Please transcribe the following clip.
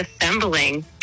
assembling